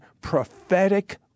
prophetic